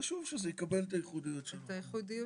חשוב שזה יקבל את הייחודיות שלו.